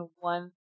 one